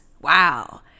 Wow